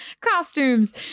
costumes